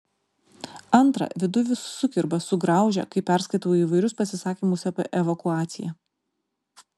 antra viduj vis sukirba sugraužia kai perskaitau įvairius pasisakymus apie evakuaciją